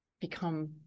become